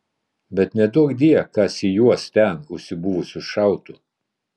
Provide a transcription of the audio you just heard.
bet neduokdie kas į juos ten užsibuvusius šautų